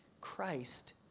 Christ